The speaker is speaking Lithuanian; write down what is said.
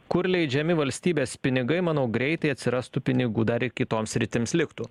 kur leidžiami valstybės pinigai manau greitai atsirastų pinigų dar ir kitoms sritims liktų